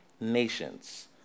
nations